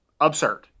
absurd